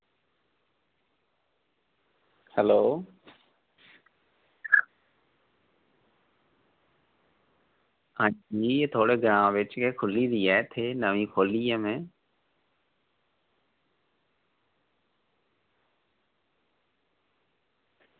hello आं जी थुआढ़े ग्रांऽ बिच गै खुह्ल्ली दी ऐ ते एह् नमीं खोह्ल्ली ऐ में